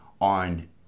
on